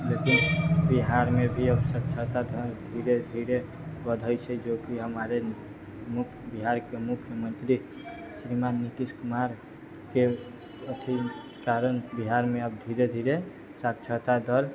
लेकिन बिहारमे भी अब साक्षरता दर धीरे धीरे बढ़ै छै जोकि हमारे मुख्य बिहारके मुख्यमन्त्री श्रीमान नितीश कुमारके अथी कारण बिहारमे आब धीरे धीरे साक्षरता दर